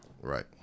right